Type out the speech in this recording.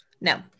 no